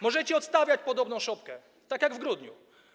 Możecie odstawiać podobną szopkę jak w grudniu.